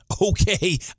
Okay